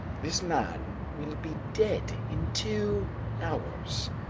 this man will be dead in two hours.